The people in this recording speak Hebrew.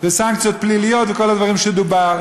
וסנקציות פליליות, וכל הדברים שדובר בהם.